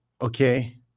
Okay